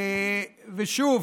ושוב,